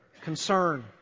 concern